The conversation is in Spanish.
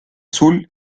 azul